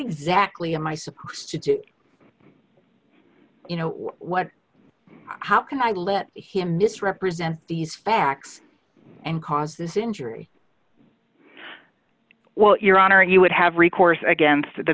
exactly am i supposed to do you know what how can i let him mis represent these facts and cause this injury well your honor you would have recourse against the